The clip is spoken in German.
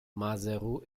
maseru